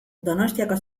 donostiako